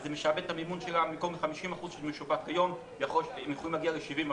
זה משעבד את המימון שלה במקום 50% שמשווק היום הם יכולים להגיע -70%.